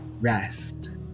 rest